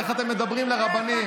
איך אתם מדברים לרבנים.